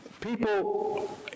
People